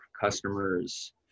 customers